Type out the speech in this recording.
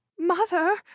Mother